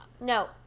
no